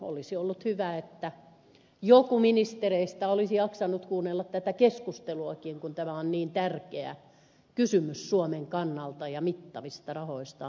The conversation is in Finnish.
olisi ollut hyvä että joku ministereistä olisi jaksanut kuunnella tätä keskusteluakin kun tämä on niin tärkeä kysymys suomen kannalta ja mittavista rahoista on kyse